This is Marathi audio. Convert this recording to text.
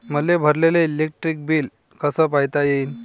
मले भरलेल इलेक्ट्रिक बिल कस पायता येईन?